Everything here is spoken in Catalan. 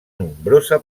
nombrosa